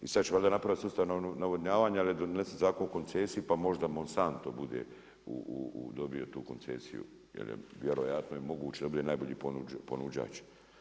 I sada će valjda napraviti sustav navodnjavanja, ali je donesen Zakon o koncesiji pa možda Monsanto bude dobio tu koncesiju, vjerojatno je moguće da bude najbolji ponuđač.